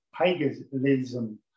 Paganism